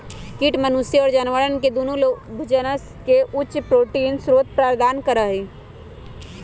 कीट मनुष्य और जानवरवन के दुन्नो लाभोजन के उच्च प्रोटीन स्रोत प्रदान करा हई